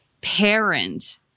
parent